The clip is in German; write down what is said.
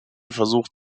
versucht